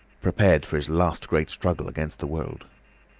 prepared for his last great struggle against the world.